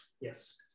Yes